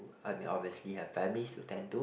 I mean obviously have families to attend to